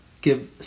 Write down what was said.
give